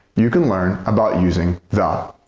you can learn about using the.